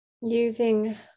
Using